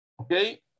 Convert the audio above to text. Okay